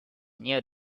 near